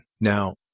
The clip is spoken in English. now